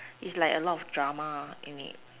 it's like a lot drama in it